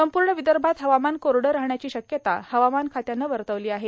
संपूर्ण विदर्भात हवामान कोरडं राहण्याची शक्यता हवामान खात्यानं वर्तवली आहे